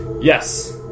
Yes